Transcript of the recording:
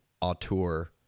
auteur